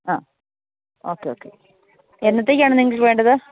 ആ okay okay എന്നത്തേക്കാണ് നിങ്ങൾക്ക് വേണ്ടത്